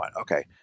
Okay